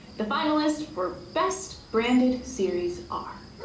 the finalists for best branded series are